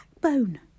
backbone